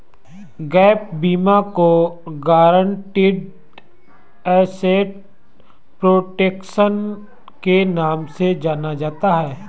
gap बीमा को guaranteed asset protection के नाम से जाना जाता है